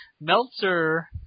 Meltzer